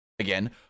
Again